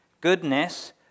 goodness